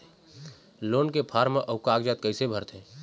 Loan के form अऊ कागजात कइसे भरथें?